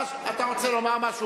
אתה רוצה לומר משהו?